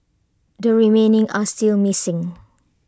the remaining are still missing